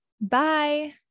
Bye